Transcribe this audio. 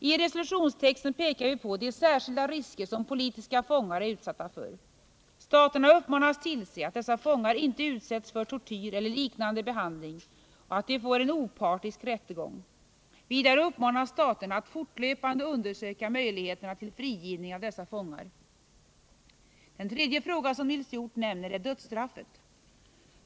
I resolutionstexten pekar vi på de särskilda risker som politiska fångar är utsatta för. Staterna uppmanas tillse att dessa fångar inte utsätts för tortyr eller liknande behandling och att de får en opartisk rättegång. Vidare uppmanas staterna att fortlöpande undersöka möjligheterna till frigivning av dessa fångar. Den tredje fråga som Nils Hjorth nämner är dödsstraffet.